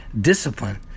Discipline